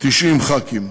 90 חברי כנסת.